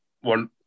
one